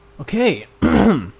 Okay